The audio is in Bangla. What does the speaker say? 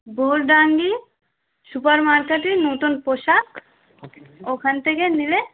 বোলডাঙ্গি সুপার মার্কেটে নতুন পোশাক ওখান থেকে নিলে